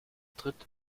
tritt